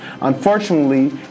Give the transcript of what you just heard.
Unfortunately